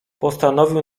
postanowił